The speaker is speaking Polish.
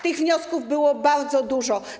Tych wniosków było bardzo dużo.